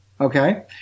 Okay